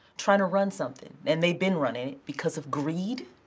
trying to run something, and they've been running it because of greed,